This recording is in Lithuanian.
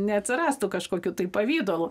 neatsirastų kažkokiu tai pavidalu